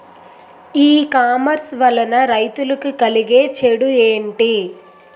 ఈ కామర్స్ వలన రైతులకి కలిగే చెడు ఎంటి?